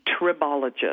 tribologist